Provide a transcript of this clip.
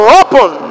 open